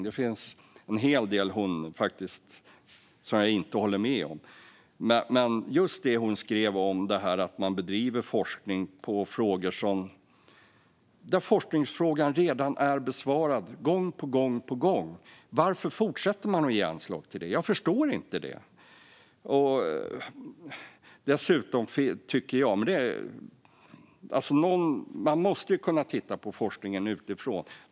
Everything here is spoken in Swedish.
Det finns en hel del som jag inte håller med om, men jag gör det om just det hon skrev om att man bedriver forskning i frågor där forskningsfrågan redan har besvarats gång på gång. Varför fortsätter man att ge anslag till detta? Jag förstår inte det. Dessutom tycker jag att man måste kunna titta på forskningen utifrån.